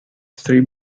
three